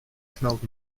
smelled